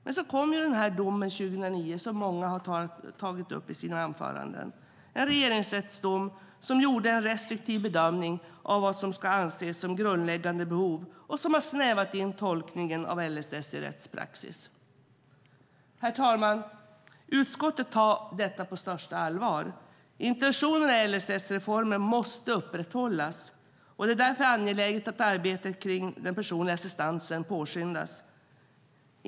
Men så kom domen 2009 som många har tagit upp i sina anföranden, en regeringsrättsdom som gjorde en restriktiv bedömning av vad som ska anses som grundläggande behov och som har snävat in tolkningen av LSS i rättspraxis. Herr talman! Utskottet tar detta på största allvar. Intentionerna i LSS-reformen måste upprätthållas. Det är därför angeläget att arbetet kring den personliga assistansen påskyndas.